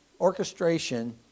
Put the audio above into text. orchestration